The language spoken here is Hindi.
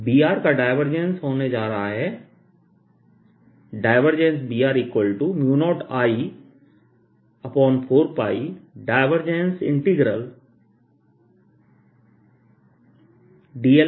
B का डायवर्जेंस होने जा रहा है Br0I4πdl×r r